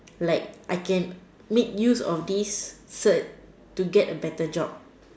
like I can make use of this cert to get a better job